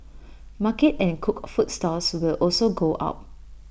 market and cooked food stalls will also go up